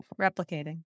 replicating